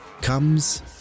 comes